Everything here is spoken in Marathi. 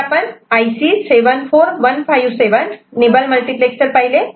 आधी आपण IC 74157 निबल मल्टिप्लेक्सर पाहिले